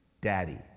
daddy